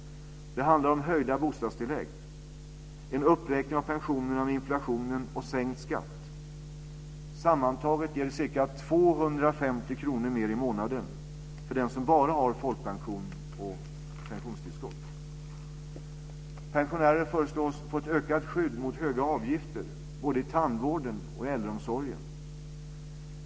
Det handlar om höjda bostadstillägg, en uppräkning av pensionen med inflationen och sänkt skatt. Sammantaget ger det ca 250 kr mer i månaden för den som bara har folkpension och pensionstillskott. Pensionärer föreslås få ett ökat skydd mot höga avgifter både i tandvården och äldreomsorgen.